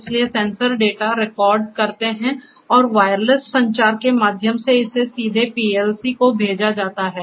इसलिए sensor data record करते हैं और वायरलेस संचार के माध्यम से इसे सीधे पीएलसी को भेजा जाता है